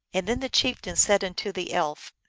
and then the chieftain said unto the elf,